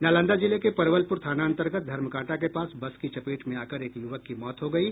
नालंदा जिले के परवलपूर थाना अंतर्गत धर्मकांटा के पास बस की चपेट में आकर एक युवक की मौत हो गयी